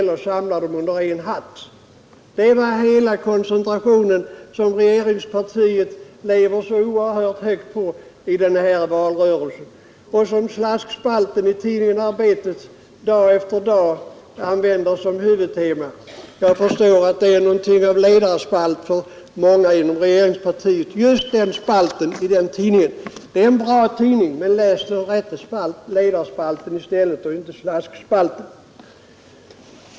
Det är innebörden av denna koncentration som regeringspartiet lever så oerhört högt på i denna valrörelse och som slaskspalten i tidningen Arbetet dag efter dag använder som huvudtema. Jag förstår att just den spalten för många inom regeringspartiet är någonting av ledarspalt. Arbetet är en bra tidning, men läs den riktiga ledarsidan i stället och inte slaskspalten.